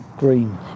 green